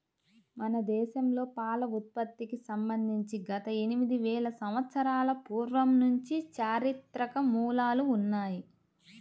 మన దేశంలో పాల ఉత్పత్తికి సంబంధించి గత ఎనిమిది వేల సంవత్సరాల పూర్వం నుంచి చారిత్రక మూలాలు ఉన్నాయి